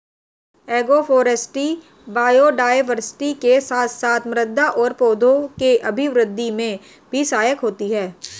agroforestry biodiversity के साथ साथ मृदा और पौधों के अभिवृद्धि में भी सहायक होती है